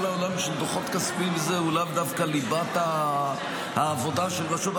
כל העולם של דוחות כספיים וזה הוא לאו דווקא ליבת העבודה של הרשות.